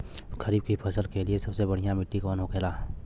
खरीफ की फसल के लिए सबसे बढ़ियां मिट्टी कवन होखेला?